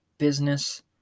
business